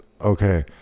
Okay